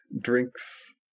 drinks